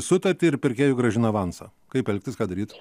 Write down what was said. sutartį ir pirkėjui grąžina avansą kaip elgtis ką daryt